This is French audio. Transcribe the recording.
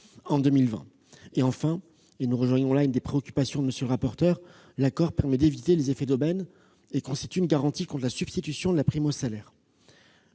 en 2020 ; enfin, et nous rejoignons là une des préoccupations de M. le rapporteur général, l'accord permet d'éviter les effets d'aubaine et constitue une garantie contre la substitution de la prime au salaire.